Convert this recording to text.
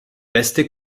resté